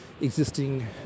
existing